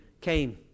came